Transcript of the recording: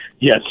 Yes